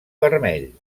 vermell